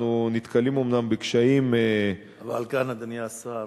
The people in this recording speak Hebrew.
אנחנו נתקלים אומנם בקשיים, אבל כאן, אדוני השר,